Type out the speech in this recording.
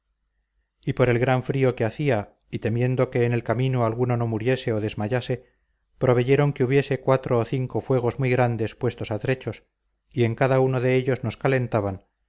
y por el gran frío que hacía y temiendo que en el camino alguno no muriese o desmayase proveyeron que hubiese cuatro o cinco fuegos muy grandes puestos a trechos y en cada uno de ellos nos calentaban